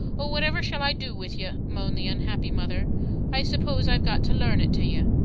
oh, whatever shall i do with ye? moaned the unhappy mother i suppose i've got to learn it to yer!